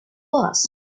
was